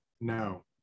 No